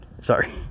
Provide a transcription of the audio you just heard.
Sorry